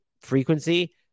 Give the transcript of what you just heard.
frequency